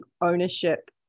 ownership